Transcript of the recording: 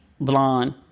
blonde